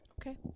Okay